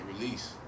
release